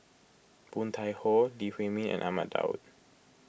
Woon Tai Ho Lee Huei Min and Ahmad Daud